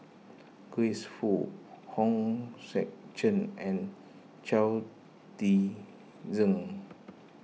Grace Fu Hong Sek Chern and Chao Tzee Cheng